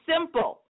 simple